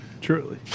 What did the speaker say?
Truly